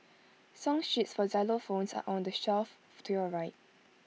song sheets for xylophones are on the shelf to your right